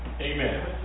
Amen